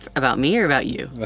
about me or about you?